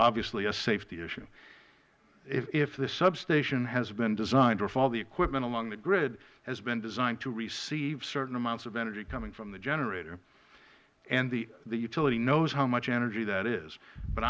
obviously a safety issue if the substation has been designed or if all the equipment along the grid has been designed to receive certain amounts of energy coming from the generator and the utility knows how much energy that is but